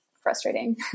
frustrating